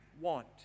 want